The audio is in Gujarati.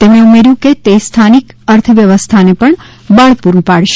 તેમણે ઉમેર્યું કે તે સ્થાનિક અર્થવ્યવસ્થાને પણ બળ પૂરું પાડશે